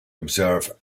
observe